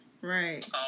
right